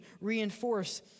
reinforce